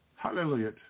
Hallelujah